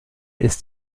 ist